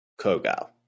kogal